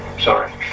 Sorry